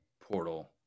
portal